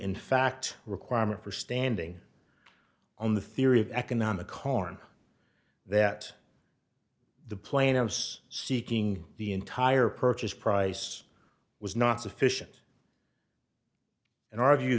in fact requirement for standing on the theory of economic harm that the plaintiffs seeking the entire purchase price was not